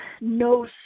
no